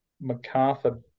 MacArthur